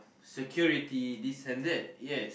security this and that yes